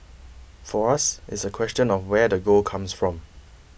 for us it's a question of where the gold comes from